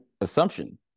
assumption